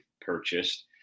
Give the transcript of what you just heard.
purchased